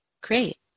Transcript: Great